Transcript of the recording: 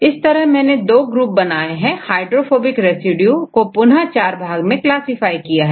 इस तरह मैंने मुख्य दो ग्रुप बनाए हैं हाइड्रोफोबिक रेसिड्यू को पुनः 4 क्लास में क्लासिफाई किया है